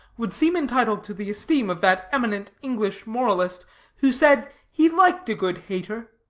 would seem entitled to the esteem of that eminent english moralist who said he liked a good hater.